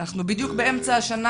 אנחנו בדיוק באמצע השנה,